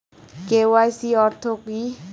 KYC অর্থ কি?